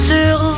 Sur